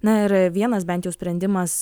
na ir vienas bent jau sprendimas